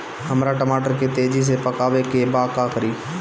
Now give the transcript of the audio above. हमरा टमाटर के तेजी से पकावे के बा का करि?